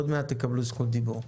עוד מעט תקבלו זכות דיבור.